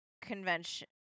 convention